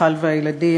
מיכל והילדים,